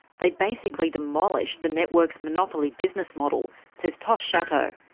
they basically demolish the networks' monopoly business model, says tosh szatow.